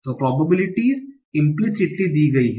तो probabilities implicitly दी गयी है